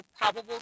probable